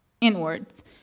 inwards